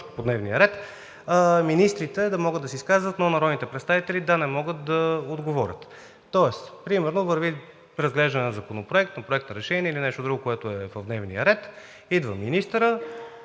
от дневния ред министрите да могат да се изказват, но народните представители да не могат да отговорят?! Тоест примерно върви разглеждане на законопроект, на проект на решение или нещо друго, което е в дневния ред – идва министърът,